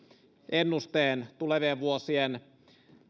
ennusteen tulevien vuosien